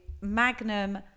Magnum